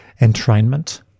entrainment